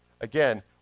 Again